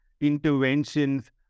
interventions